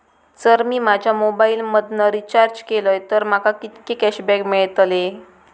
जर मी माझ्या मोबाईल मधन रिचार्ज केलय तर माका कितके कॅशबॅक मेळतले?